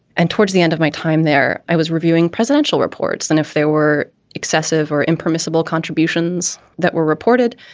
and towards the end of my time there, i was reviewing presidential reports. and if there were excessive or impermissible contributions that were reported,